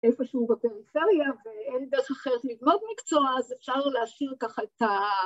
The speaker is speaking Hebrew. איפשהו בפריפריה ואין דרך אחרת ללמוד מקצוע אז אפשר להשאיר ככה את ה...